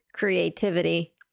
Creativity